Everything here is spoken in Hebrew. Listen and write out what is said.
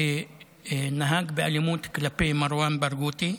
שנהג באלימות כלפי מרואן ברגותי,